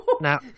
now